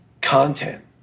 Content